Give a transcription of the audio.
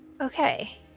Okay